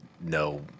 no